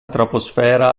troposfera